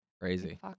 crazy